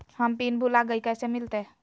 हम पिन भूला गई, कैसे मिलते?